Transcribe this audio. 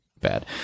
bad